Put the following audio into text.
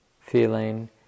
feeling